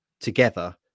together